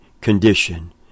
condition